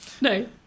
No